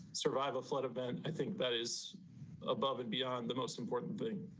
survive a flood event. i think that is above and beyond the most important thing